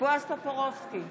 בועז טופורובסקי,